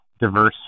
diverse